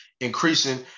increasing